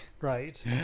right